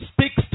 speaks